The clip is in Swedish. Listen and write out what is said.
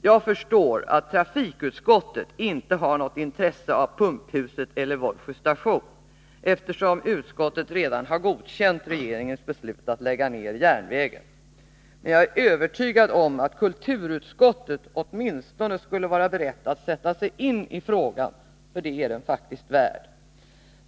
Jag förstår att trafikutskottet inte har något intresse av Pumphuset eller av Vollsjö station, eftersom utskottet redan har godkänt regeringens beslut att lägga ner järnvägen. Men jag är övertygad om att kulturutskottet åtminstone skulle vara berett att sätta sig in i frågan, för det är den faktiskt värd.